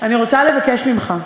אני רוצה לבקש ממך,